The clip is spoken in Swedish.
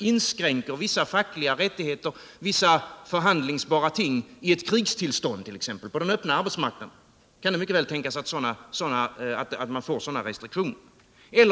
inskränker vissa fackliga rättigheter, vissa förhandlingsbara ting i ett krigstillstånd t.ex., och på den öppna arbetsmarknaden kan det mycket väl tänkas att man får sådana restriktioner.